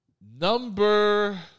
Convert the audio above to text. Number